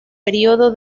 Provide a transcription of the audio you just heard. pedido